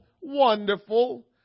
Wonderful